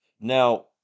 now